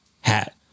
hat